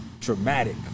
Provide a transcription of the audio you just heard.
traumatic